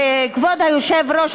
וכבוד היושב-ראש,